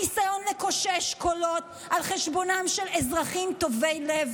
ניסיון לקושש קולות על חשבונם של אזרחים טובי לב,